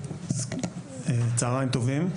צהריים טובים,